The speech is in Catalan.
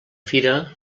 fira